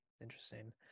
interesting